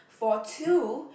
for two